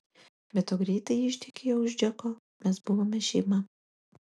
be to greitai ji ištekėjo už džeko mes buvome šeima